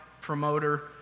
promoter